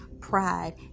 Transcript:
pride